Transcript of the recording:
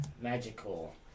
magical